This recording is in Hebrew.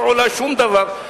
היא לא עולה שום דבר,